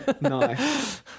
Nice